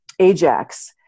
Ajax